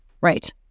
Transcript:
Right